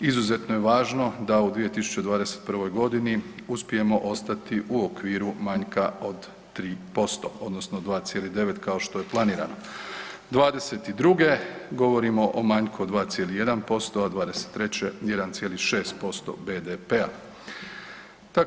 Izuzetno je važno da u 2021. godini uspijemo ostati u okviru manjka od 3% odnosno 2,9 kao što je planirano. '22. govorimo o manjku od 2,1%,l a '23. 1.6% BDP-a.